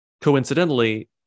coincidentally